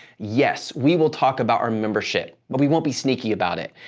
yes, we will talk about our membership, but we won't be sneaky about it,